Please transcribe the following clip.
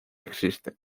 existen